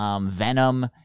Venom